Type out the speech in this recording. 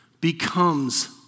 becomes